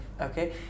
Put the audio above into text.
okay